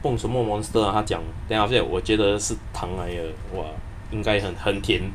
不同什么 monster ah 他讲 then after that 我觉得是糖来的 !wah! 应该很很甜